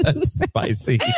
Spicy